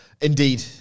Indeed